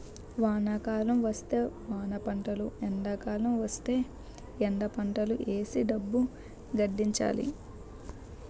వానాకాలం వస్తే వానపంటలు ఎండాకాలం వస్తేయ్ ఎండపంటలు ఏసీ డబ్బు గడించాలి